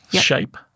shape